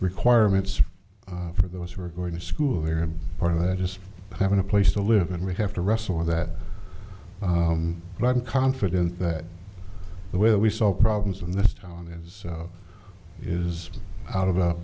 requirements for those who are going to school here and part of it just having a place to live and we have to wrestle with that and i'm confident that the way we solve problems in this town is is out of